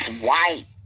white